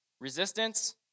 resistance